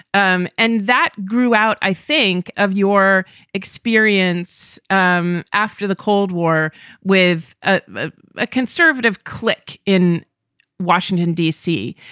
um and that grew out, i think, of your experience um after the cold war with ah ah a conservative click in washington, d c,